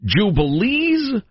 jubilees